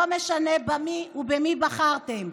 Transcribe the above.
לא משנה במי בחרתם.